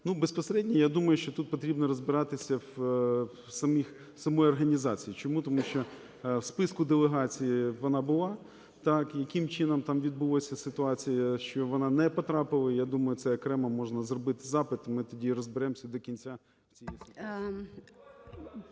Безпосередньо, я думаю, що тут потрібно розбиратися в самій організації. Чому? Тому що в списку делегації вона була. Яким чином там відбулася ситуація, що вона не потрапила, я думаю, це окремо можна зробити запит і ми тоді розберемося до кінця.